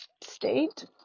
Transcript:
state